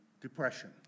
depression